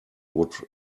would